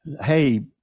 hey